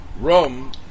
rum